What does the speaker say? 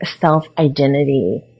self-identity